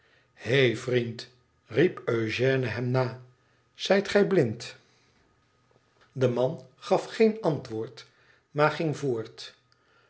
ihei vriend riep eugène hem na fzijt gij llind de man gaf geen antwoord maar ging door